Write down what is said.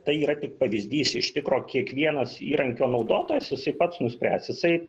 tai yra tik pavyzdys iš tikro kiekvienas įrankio naudotojas jisai pats nuspręs jisai